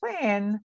plan